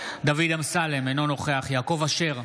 דוד אמסלם, אינו נוכח יעקב אשר,